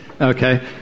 Okay